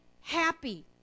happy